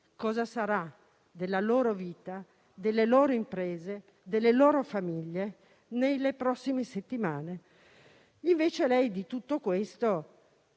cosa sarà della loro vita, delle loro imprese, delle loro famiglie nelle prossime settimane. Invece, di tutto questo